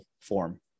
form